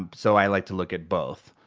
um so i like to look at both.